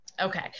Okay